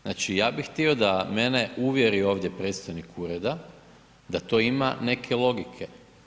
Znači, ja bih htio da mene uvjeri ovdje predstojnik ureda, da to ima neke logike.